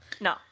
no